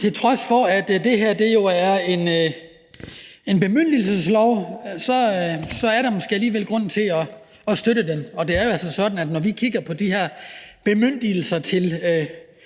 Til trods for at det her jo er et bemyndigelseslovforslag, er der måske alligevel en grund til at støtte det. Det er jo altså sådan, at vi, når vi kigger på de her bemyndigelser til